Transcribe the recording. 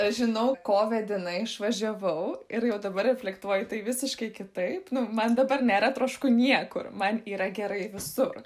aš žinau ko vedina išvažiavau ir jau dabar reflektuoju tai visiškai kitaip nu man dabar nėra trošku niekur man yra gerai visur